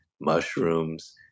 mushrooms